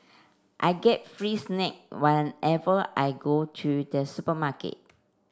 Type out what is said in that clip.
I get free snack whenever I go to the supermarket